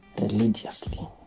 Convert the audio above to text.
religiously